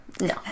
No